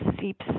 seeps